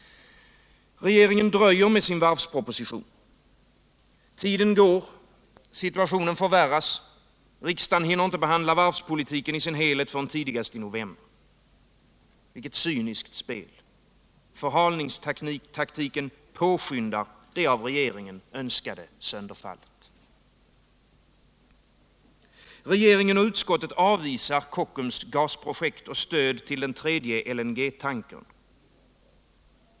Regeringen dröjer med sin varvsproposition. Tiden går, situationen förvärras, riksdagen hinner inte behandla varvspolitiken i sin helhet förrän tidigast i november. Vilket cyniskt spel! Förhalningstaktiken påskyndar det av regeringen önskade sönderfallet. Regeringen och utskottet avvisar Kockums gasprojekt och stöd till den tredje LNG-tankern.